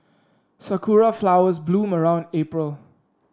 sakura flowers bloom around April